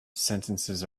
sentences